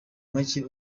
make